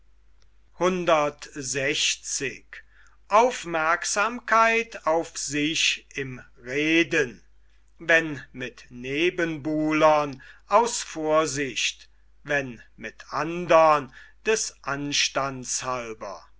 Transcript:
wenn mit nebenbulern aus vorsicht wenn mit andern des